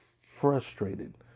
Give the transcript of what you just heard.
Frustrated